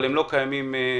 אבל הם לא קיימים בפועל.